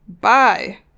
Bye